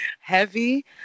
heavy